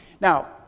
Now